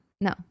no